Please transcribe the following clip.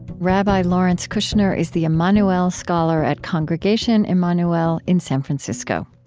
rabbi lawrence kushner is the emanu-el scholar at congregation emanu-el in san francisco.